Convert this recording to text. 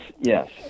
yes